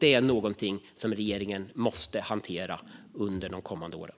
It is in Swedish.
Det är någonting som regeringen måste hantera under de kommande åren.